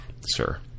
sir